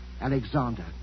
Alexander